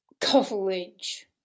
coverage